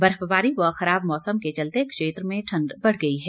बर्फबारी व खराब मौसम के चलते क्षेत्र में ठंड बढ़ गई है